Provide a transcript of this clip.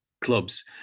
clubs